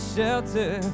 Shelter